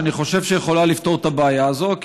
שאני חושב שיכולה לפתור את הבעיה הזו.